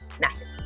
massive